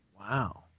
Wow